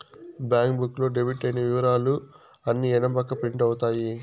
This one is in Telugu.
బ్యాంక్ బుక్ లో డెబిట్ అయిన ఇవరాలు అన్ని ఎడం పక్క ప్రింట్ అవుతాయి